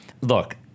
Look